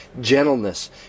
gentleness